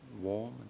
warm